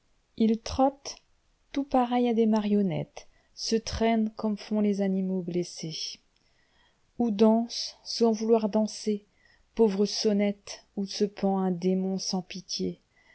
ils trottent tout pareils à des marionnettes se traînent comme font les animaux blessés ou dansent sans vouloir danser pauvres sonnettesoù se pend un démon fans pitié